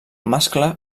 mascle